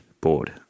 board